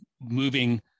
moving